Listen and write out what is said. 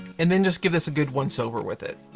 and then just give this a good once over with it.